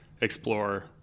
explore